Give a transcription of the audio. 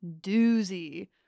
doozy